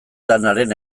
lanaren